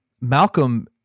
Malcolm